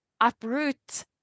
uproot